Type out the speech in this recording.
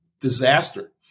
disaster